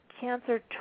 cancer